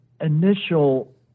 initial